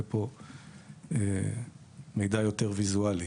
זה פה מידע יותר ויזואלי.